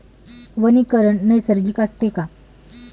वनीकरण नैसर्गिक असते का?